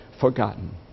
forgotten